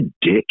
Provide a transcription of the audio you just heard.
dick